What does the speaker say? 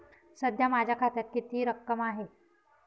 सध्या माझ्या खात्यात किती रक्कम आहे?